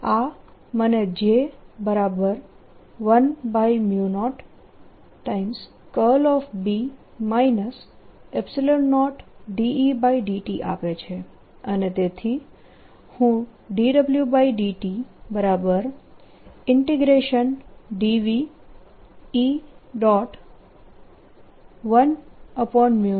આ મને J10B 0E∂t આપે છે અને તેથી હું dWdtdV E